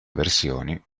versioni